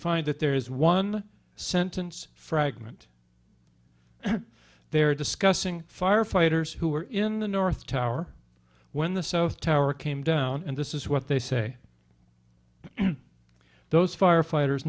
find that there is one sentence fragment they're discussing firefighters who were in the north tower when the south tower came down and this is what they say those firefighters